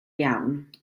iawn